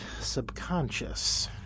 subconscious